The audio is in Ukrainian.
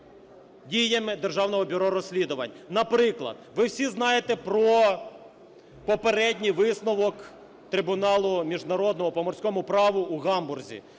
діями Державного бюро розслідувань. Наприклад, ви всі знаєте про попередній висновок трибуналу